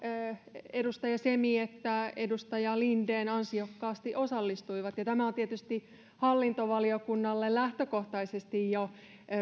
edustaja semi että edustaja linden ansiokkaasti osallistuivat ja tämä on tietysti hallintovaliokunnalle lähtökohtaisesti jo